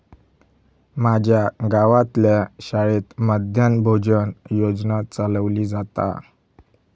माज्या गावातल्या शाळेत मध्यान्न भोजन योजना चलवली जाता